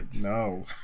No